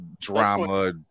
drama